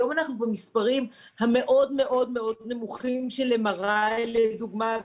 היום אנחנו במספרים מאוד נמוכים של MRI לדוגמה,